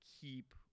keep